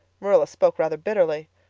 marilla spoke rather bitterly.